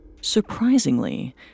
Surprisingly